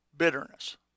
bitterness